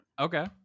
Okay